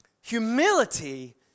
Humility